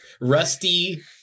Rusty